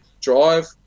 drive